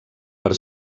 per